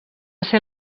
ser